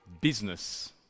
business